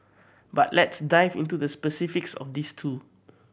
but let's dive into the specifics of these two